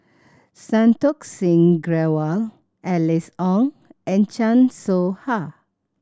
Santokh Singh Grewal Alice Ong and Chan Soh Ha